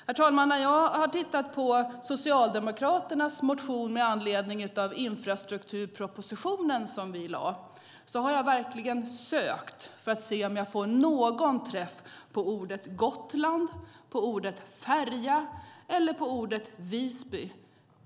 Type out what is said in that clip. När jag har tittat på Socialdemokraternas motion med anledning av infrastrukturpropositionen har jag verkligen sökt för att se om jag får någon träff på orden Gotland, färja eller Visby.